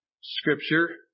scripture